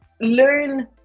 learn